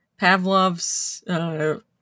Pavlov's